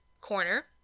corner